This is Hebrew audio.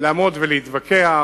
לעמוד ולהתווכח